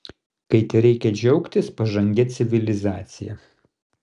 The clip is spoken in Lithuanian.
kai tereikia džiaugtis pažangia civilizacija